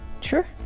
Sure